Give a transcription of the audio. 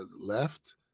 left